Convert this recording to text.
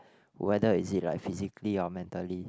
whether is it like physically or mentally